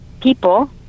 people